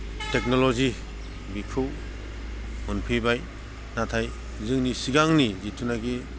technology बेखौ मोनफैबाय नाथाय जोंनि सिगांनि जितुनाकि